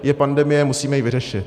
Je pandemie, musíme ji vyřešit.